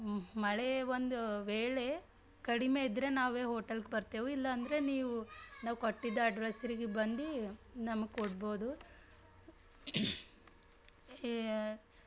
ಮಳೆ ಒಂದು ವೇಳೆ ಕಡಿಮೆ ಇದ್ದರೆ ನಾವೇ ಹೋಟಲ್ಗೆ ಬರ್ತೇವೆ ಇಲ್ಲಾಂದರೆ ನೀವು ನಾವು ಕೊಟ್ಟಿದ್ದ ಅಡ್ರೆಸ್ರಿಗೆ ಬಂದು ನಮಗೆ ಕೊಡ್ಬೋದು